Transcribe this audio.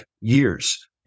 years